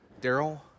Daryl